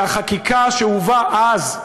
שהחקיקה שהובאה אז,